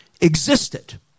existed